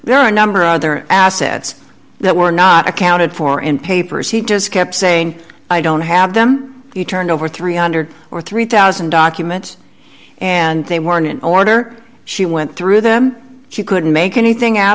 there are a number of other assets that were not accounted for in papers he just kept saying i don't have them you turned over three hundred or three thousand documents and they were in an order she went through them she couldn't make anything out